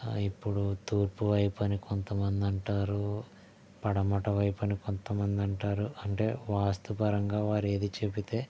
ఆ ఇప్పుడు తూర్పు వైపు అని కొంత మంది అంటారు పడమట వైపు అని కొంత మంది అంటారు అంటే వాస్తు పరంగా వారు ఏది చెబితే